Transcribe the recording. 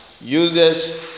uses